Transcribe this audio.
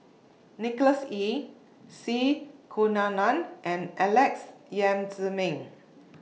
Nicholas Ee C Kunalan and Alex Yam Ziming